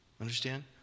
Understand